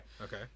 Okay